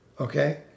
okay